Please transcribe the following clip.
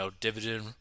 dividend